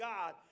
God